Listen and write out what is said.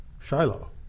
Shiloh